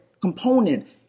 component